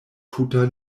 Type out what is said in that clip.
tuta